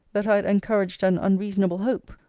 that i had encouraged an unreasonable hope,